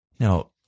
Now